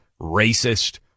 racist